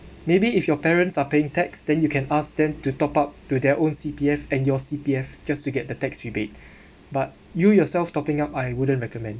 maybe if your parents are paying tax then you can ask them to top up to their own C_P_F and your C_P_F just to get the tax rebate but you yourself topping up I wouldn't recommend